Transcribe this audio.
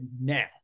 now